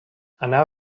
anava